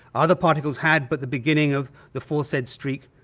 other particles had but the beginning of the foresaid streak,